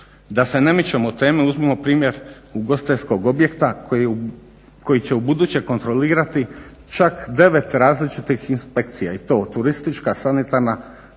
Da se ne mičemo od teme uzmimo primjer ugostiteljskog objekta koji će ubuduće kontrolirati čak 9 različitih inspekcija i to turistička, sanitarna,